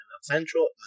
Central